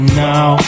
now